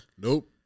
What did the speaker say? Nope